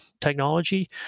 technology